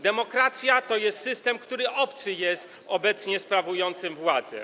Demokracja to jest system, który obcy jest obecnie sprawującym władzę.